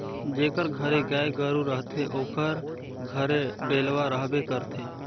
जेकर घरे गाय गरू रहथे ओकर घरे डेलवा रहबे करथे